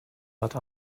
but